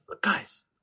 Guys